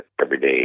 everyday